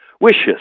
wishes